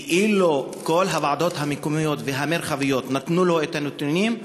ואילו כל הוועדות המקומיות והמרחביות נתנו לו את הנתונים,